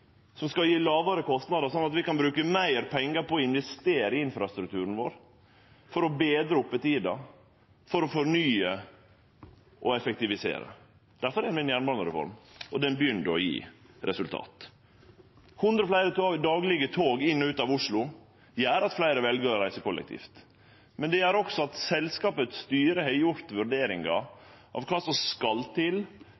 som skal gje lågare kostnader, slik at vi kan bruke meir pengar på å investere i infrastrukturen vår, for å betre oppetida, og for å fornye og effektivisere. Derfor har vi ei jernbanereform, og det begynner å gje resultat. 100 fleire tog dagleg inn og ut av Oslo gjer at fleire vel å reise kollektivt, men det gjer også at selskapets styre har gjort vurderingar